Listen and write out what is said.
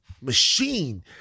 machine